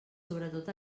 sobretot